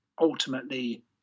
ultimately